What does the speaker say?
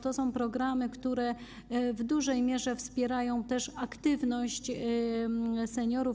To są programy, które w dużej mierze wspierają też aktywność seniorów.